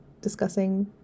discussing